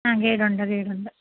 ആ ഗൈഡുണ്ട് ഗൈഡുണ്ട്